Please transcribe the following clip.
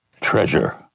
Treasure